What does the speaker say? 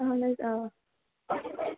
اہَن حظ آ